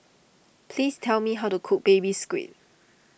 please tell me how to cook Baby Squid